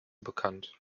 bekannt